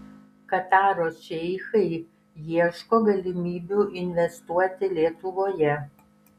kataro šeichai ieško galimybių investuoti lietuvoje